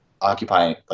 occupying